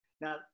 Now